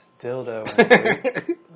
dildo